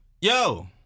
Yo